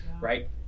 right